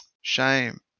Shame